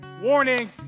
Warning